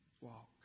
walk